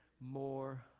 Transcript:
more